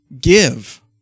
give